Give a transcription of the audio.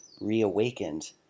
reawakened